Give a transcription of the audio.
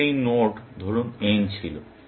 আমাদের এই নোড ধরুন n ছিল